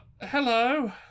Hello